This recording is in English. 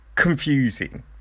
Confusing